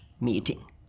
meeting